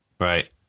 right